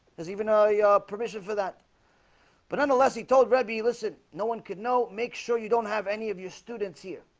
there's even though your permission for that but and alessi told revi listen. no one could know make sure you don't have any of your students here